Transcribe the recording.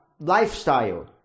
lifestyle